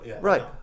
right